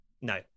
no